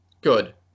Good